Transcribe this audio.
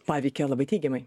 paveikė labai teigiamai